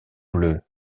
bleus